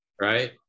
right